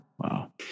Wow